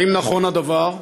1. האם נכון הדבר?